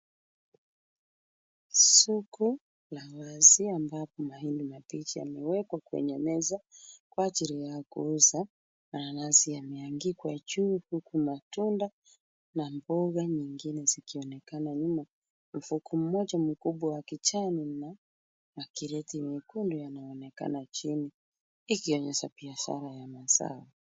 Soko la wazi ambapo mahindi mabichi yamewekwa kwenye meza kwa ajili ya kuuza, na ya nazi yameangikwa juu, huku matunda na mboga nyingine zikionekana nyuma mfuko mmoja mkubwa wa kijani na kreti miekundu yanaonekana chini, ikionyesha biashara ya mazao.